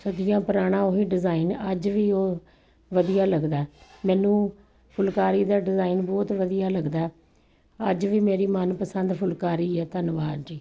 ਸਦੀਆਂ ਪੁਰਾਣਾ ਉਹੀ ਡਿਜ਼ਾਇਨ ਅੱਜ ਵੀ ਉਹ ਵਧੀਆ ਲੱਗਦਾ ਮੈਨੂੰ ਫੁਲਕਾਰੀ ਦਾ ਡਿਜ਼ਾਇਨ ਬਹੁਤ ਵਧੀਆ ਲੱਗਦਾ ਅੱਜ ਵੀ ਮੇਰੀ ਮਨ ਪਸੰਦ ਫੁਲਕਾਰੀ ਹੈ ਧੰਨਵਾਦ ਜੀ